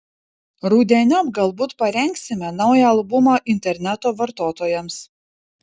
rudeniop galbūt parengsime naują albumą interneto vartotojams